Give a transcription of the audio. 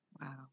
Wow